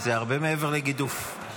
זה הרבה מעבר לגידוף.